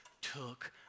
took